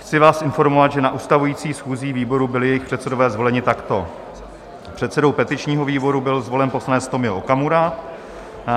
Chci vás informovat, že na ustavujících schůzích výborů byli jejich předsedové zvoleni takto: předsedou petičního výboru byl zvolen poslanec Tomio Okamura,